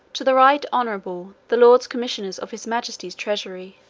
to the right honourable the lords commissioners of his majesty's treasury